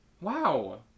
wow